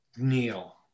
Neil